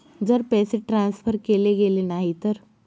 जर पैसे ट्रान्सफर केले गेले नाही तर?